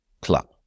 Club